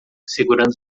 segurando